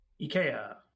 Ikea